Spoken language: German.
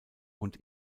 und